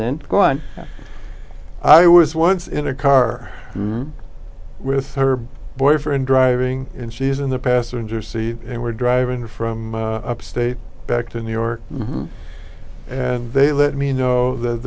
then go on i was once in a car with her boyfriend driving and she's in the passenger seat and we're driving from upstate back to new york and they let me know that